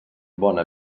bona